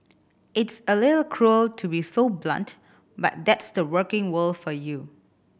it's a little cruel to be so blunt but that's the working world for you